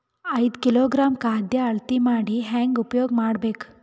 ಐದು ಕಿಲೋಗ್ರಾಂ ಖಾದ್ಯ ಅಳತಿ ಮಾಡಿ ಹೇಂಗ ಉಪಯೋಗ ಮಾಡಬೇಕು?